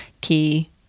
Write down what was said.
key